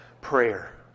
prayer